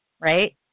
Right